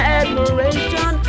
admiration